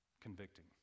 convicting